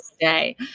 today